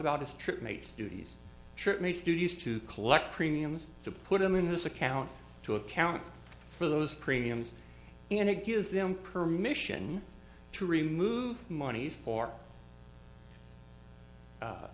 about his trip mates duties mates to use to collect premiums to put them in his account to account for those premiums and it gives them permission to remove monies for